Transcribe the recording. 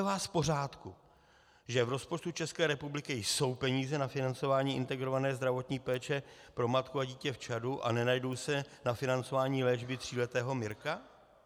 Je podle vás v pořádku, že v rozpočtu České republiky jsou peníze na financování integrované zdravotní péče pro matku a dítě v Čadu a nenajdou se na financování léčby tříletého Mirka?